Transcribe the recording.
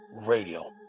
Radio